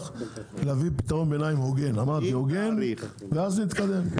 להביא פתרון ביניים הוגן ואז נתקדם.